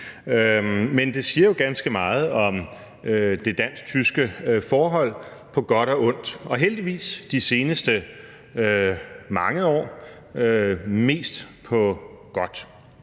Men det siger jo ganske meget om det dansk-tyske forhold på godt og ondt og de seneste mange år heldigvis